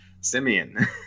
Simeon